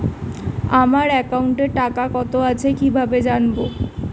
আমার একাউন্টে টাকা কত আছে কি ভাবে জানবো?